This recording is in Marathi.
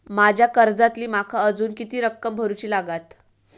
माझ्या कर्जातली माका अजून किती रक्कम भरुची लागात?